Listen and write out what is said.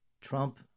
Trump